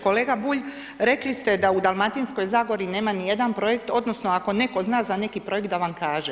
Kolega Bulj, rekli ste da u Dalmatinskoj zagori nema nijedan projekt odnosno ako netko zna za neki projekt da vam kaže.